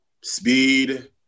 Speed